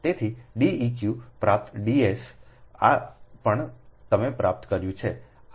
તેથી Deq પ્રાપ્ત Ds ઓ પણ તમે પ્રાપ્ત કર્યું છે